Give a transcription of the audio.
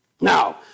Now